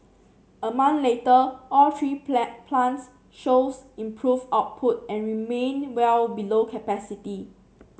a month later all three plant plants shows improve output and remained well below capacity